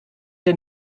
der